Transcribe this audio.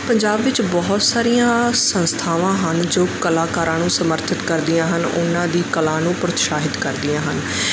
ਪੰਜਾਬ ਵਿੱਚ ਬਹੁਤ ਸਾਰੀਆਂ ਸੰਸਥਾਵਾਂ ਹਨ ਜੋ ਕਲਾਕਾਰਾਂ ਨੂੰ ਸਮਰਥਿਤ ਕਰਦੀਆਂ ਹਨ ਉਹਨਾਂ ਦੀ ਕਲਾ ਨੂੰ ਪ੍ਰੋਤਸ਼ਾਹਿਤ ਕਰਦੀਆਂ ਹਨ